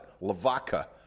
Lavaca